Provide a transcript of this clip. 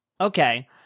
Okay